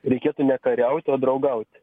reikėtų ne kariauti o draugauti